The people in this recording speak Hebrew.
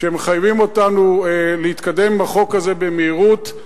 שמחייבים אותנו להתקדם עם החוק הזה במהירות,